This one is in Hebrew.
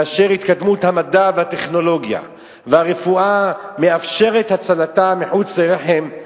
כאשר התקדמות המדע והטכנולוגיה והרפואה מאפשרת הוצאתם מחוץ לרחם,